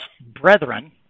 brethren